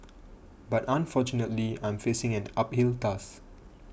but unfortunately I'm facing an uphill task